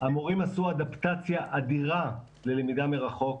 המורים עשו אדפטציה אדירה ללמידה מרחוק,